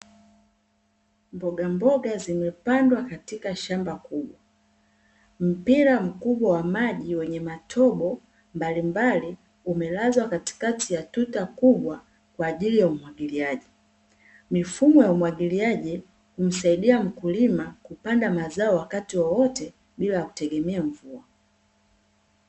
Mbogamboga zimepandwa katika shamba kubwa mpira mkubwa wa maji wenye matobo mbalimbali, umelazwa katikati ya tuta kubwa kwa ajili ya umwagiliaji. Mifumo ya umwagiliaji humsaidia mkulima kupanda mazao wakati wowote bila kutegemea mvua.